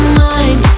mind